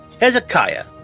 Hezekiah